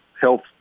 health